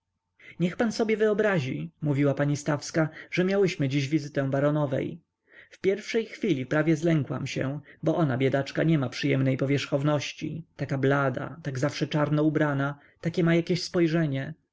niech pan sobie wyobrazi mówiła pani stawska że miałyśmy dziś wizytę baronowej w pierwszej chwili prawie zlękłam się bo ona biedaczka nie ma przyjemnej powierzchowności taka blada tak zawsze czarno ubrana takie ma jakieś spojrzenie